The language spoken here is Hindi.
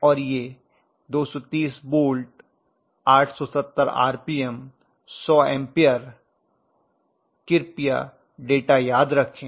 ओर यह 230 वोल्ट 870 आरपीएम 100 एम्पीयर कृपया डेटा याद रखें